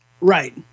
Right